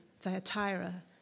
Thyatira